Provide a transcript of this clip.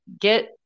get